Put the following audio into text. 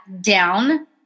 down